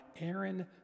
Aaron